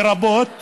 לרבות